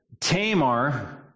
Tamar